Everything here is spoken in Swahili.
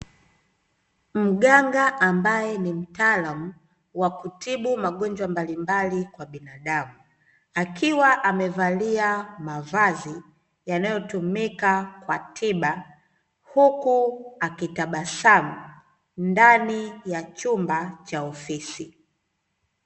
Mganga ambaye ni mtaalamu wa kutibu magonjwa mbalimbali kwa binadamu, akiwa amevalia mavazi yanayotumika kwa tiba, huku akitabasamu ndani ya chumba cha ofisi.